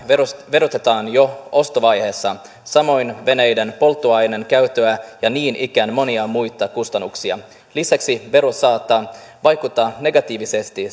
verotetaan jo ostovaiheessa samoin veneiden polttoaineiden käyttöä ja niin ikään monia muita kustannuksia lisäksi vero saattaa vaikuttaa negatiivisesti